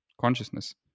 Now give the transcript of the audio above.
consciousness